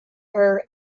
her